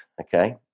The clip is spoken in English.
okay